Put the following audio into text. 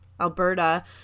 alberta